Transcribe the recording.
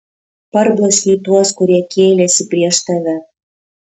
parbloškei tuos kurie kėlėsi prieš tave